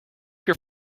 your